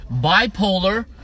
bipolar